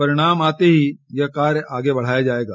परिणाम आते ही यह कार्य आगे बढ़ाया जाएगा